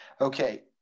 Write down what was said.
Okay